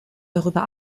darüber